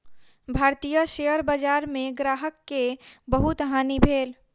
भारतीय शेयर बजार में ग्राहक के बहुत हानि भेल